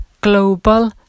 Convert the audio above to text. global